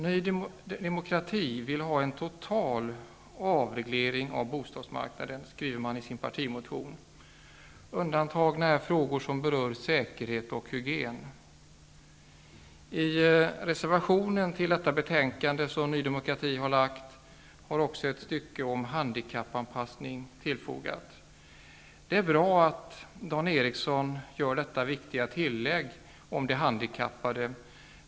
Ny demokrati vill ha en total avreglering av bostadsmarknaden, skriver man i sin partimotion. Undantagna är frågor som berör säkerhet och hygien. I Ny demokratis reservation till betänkandet är också tillagt ett stycke om handikappanpassning. Det är bra att Dan Eriksson i Stockholm gör detta viktiga tillägg om de handikappade.